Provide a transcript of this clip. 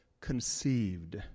conceived